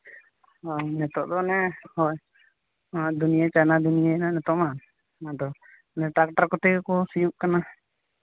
ᱱᱤᱛᱚᱜ ᱫᱚ ᱚᱱᱮ ᱦᱳᱭ ᱱᱚᱣᱟ ᱫᱩᱱᱭᱟᱹ ᱪᱟᱭᱱᱟ ᱫᱩᱱᱭᱟᱹᱭᱱᱟ ᱱᱤᱛᱚᱜ ᱢᱟ ᱟᱫᱚ ᱴᱨᱟᱠᱴᱟᱨ ᱠᱚᱛᱮ ᱜᱮᱠᱚ ᱥᱤᱭᱳᱜ ᱠᱟᱱᱟ